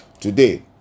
today